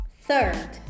Third